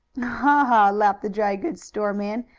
ha! ha! laughed the dry-goods-store man.